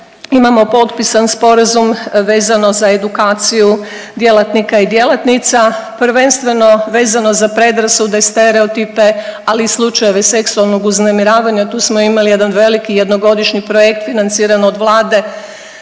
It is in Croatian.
imamo potpisan sporazum vezano za edukaciju djelatnika i djelatnica, prvenstveno vezano za predrasude, stereotipe, ali i slučajeva seksualnog uznemirivanja. Tu smo imali jedan veliki jednogodišnji projekt financiran od vlade